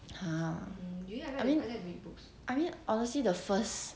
ha I mean I mean honestly the first